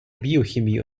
biochemie